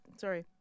Sorry